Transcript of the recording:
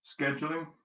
Scheduling